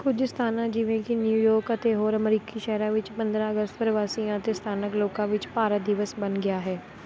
ਕੁਝ ਸਥਾਨਾਂ ਜਿਵੇਂ ਕਿ ਨਿਊਯੋਰਕ ਅਤੇ ਹੋਰ ਅਮਰੀਕੀ ਸ਼ਹਿਰਾਂ ਵਿੱਚ ਪੰਦਰਾਂ ਅਗਸਤ ਪ੍ਰਵਾਸੀਆਂ ਅਤੇ ਸਥਾਨਕ ਲੋਕਾਂ ਵਿੱਚ ਭਾਰਤ ਦਿਵਸ ਬਣ ਗਿਆ ਹੈ